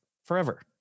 Forever